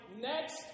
next